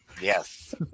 Yes